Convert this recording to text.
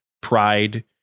pride